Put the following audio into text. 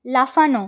লাফানো